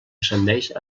ascendeix